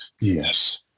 Yes